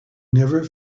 never